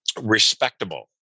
respectable